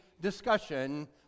discussion